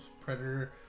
Predator